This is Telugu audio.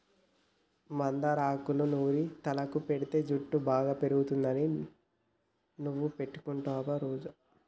మందార ఆకులూ నూరి తలకు పెటితే జుట్టు బాగా పెరుగుతుంది నువ్వు పెట్టుకుంటావా రోజా